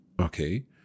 Okay